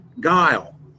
guile